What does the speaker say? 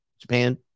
Japan